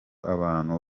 abantu